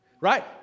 Right